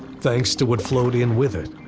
thanks to what flowed in with it,